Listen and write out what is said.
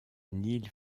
neal